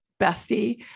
bestie